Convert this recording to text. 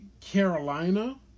Carolina